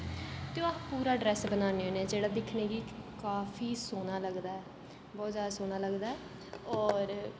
ते ओह् पूरा ड्रेस बनाने होने जेह्ड़ा दिक्खने गी काफी सोह्ना लगदा ऐ बहोत जादा सोह्ना लगदा ऐ होर